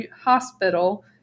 Hospital